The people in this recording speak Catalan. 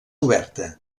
oberta